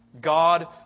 God